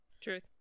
Truth